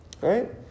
right